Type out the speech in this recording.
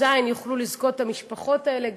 תשע"ז יוכלו המשפחות האלה לזכות,